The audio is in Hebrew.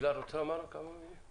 תהלה, רוצה לומר כמה מילים?